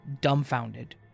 dumbfounded